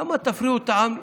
למה תפריעו את העם?